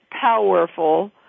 powerful